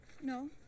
No